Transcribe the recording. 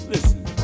Listen